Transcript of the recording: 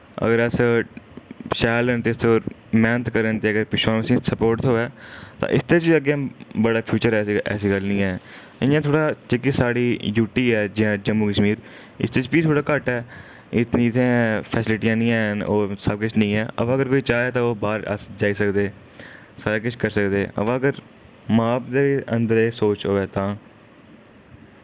अगर अस शैल न ते अस और मेह्नत करन ते अगर पिच्छुआं तुसें स्पोर्ट थ्होऐ तां इसदे च बी अग्गें बड़ा फ्यूचर ऐ ऐस ऐसी गल्ल निं ऐ इ'यां थोह्ड़ा जेह्की साढ़ी यूटी ऐ जम्मू कश्मीर इसदे च फ्ही थोह्ड़ा घट्ट ऐ इतनी इत्थै फैसिलिटियां नि हैन और सब किश नि ऐ हां बो अगर कोई चाहे ते बाह्र अस जाई सकदे सारा किश करी सकदे हां बा अगर मां बब्ब दे अंदर एह् सोच होऐ तां